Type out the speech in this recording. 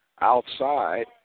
outside